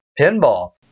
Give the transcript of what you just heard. pinball